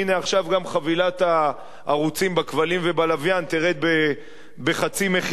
עכשיו גם חבילת הערוצים בכבלים ובלוויין תרד לחצי מחיר,